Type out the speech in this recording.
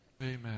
Amen